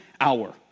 hour